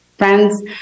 friends